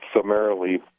summarily